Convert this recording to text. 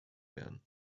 werden